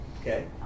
okay